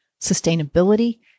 sustainability